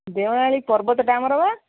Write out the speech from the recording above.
ଦେଓମାଳୀ ପର୍ବତଟା ଆମର ବା